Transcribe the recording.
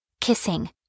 kissing